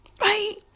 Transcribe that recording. Right